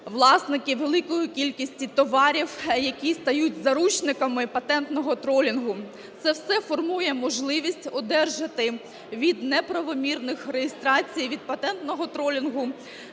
власники великої кількості товарів, які стають заручниками "патентного тролінгу". Це все формує можливість одержати від неправомірних реєстрацій, від "патентного тролінгу"